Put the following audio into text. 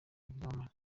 b’ibyamamare